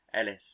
Ellis